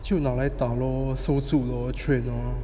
就拿来打 lor 收住 lor trade lor